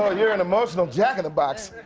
well you are an emotional jack in the box.